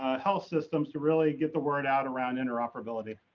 ah health systems to really get the word out around interoperability.